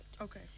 Okay